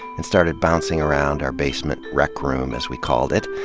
and started bouncing around our basement rec room, as we called it,